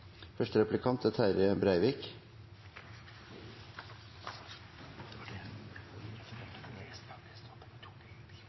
første er